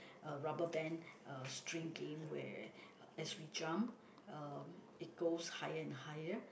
uh rubber band uh string game where as we jump uh it goes higher and higher